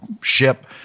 ship